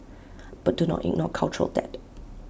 but do not ignore cultural debt